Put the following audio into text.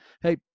Hey